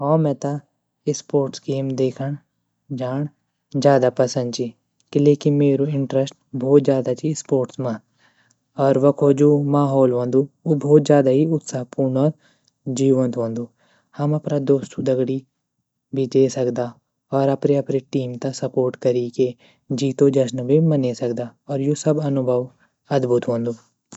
हों मेता sports game देखण जाण ज़्यादा पसंद ची क़िले की मेरु इंटरेस्ट भोट ज़्यादा ची स्पोर्ट्स म और वखो जू माहोल वंदु उ भोत ज़्यादा ही उत्साहपूर्ण और जीवंत वंदु हम अपरा दोस्तू दगड़ी भी जे सकदा और अपरि अपरि टीम त सपोर्ट करी के जीतो जशन भी मने सकदा और यू सब अनुभव अद्भुत वंदु।